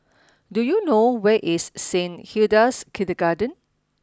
do you know where is Saint Hilda's Kindergarten